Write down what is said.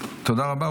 תודה רבה.